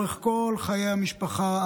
לאורך כל חיי המשפחה,